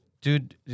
Dude